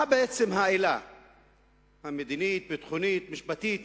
מה בעצם העילה המדינית, הביטחונית, המשפטית